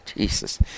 Jesus